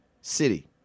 city